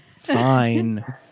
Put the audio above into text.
fine